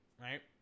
right